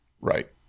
Right